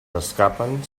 escapen